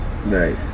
Right